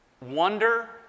wonder